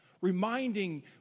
Reminding